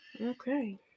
Okay